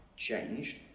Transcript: changed